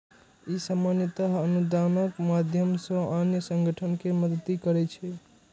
ई सामान्यतः अनुदानक माध्यम सं अन्य संगठन कें मदति करै छै